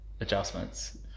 adjustments